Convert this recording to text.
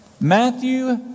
Matthew